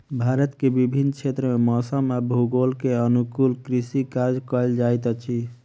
भारत के विभिन्न क्षेत्र में मौसम आ भूगोल के अनुकूल कृषि कार्य कयल जाइत अछि